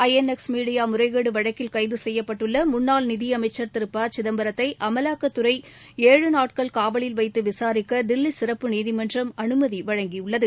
ஐ N X media முறைகேடு வழக்கில் கைது செய்யப்பட்டுள்ள முன்னாள் நிதி அமைச்சர் திரு ப சிதம்பரத்தை அமலாக்கத்துறை ஏழு நாட்கள் காவலில் வைத்து விசாரிக்க தில்லி சிறப்பு நீதிமன்றம் அனுமதி வழங்கியுள்ளது